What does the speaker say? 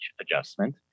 adjustment